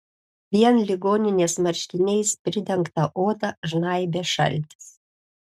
vien ligoninės marškiniais pridengtą odą žnaibė šaltis